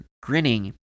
grinning